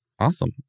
Awesome